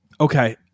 Okay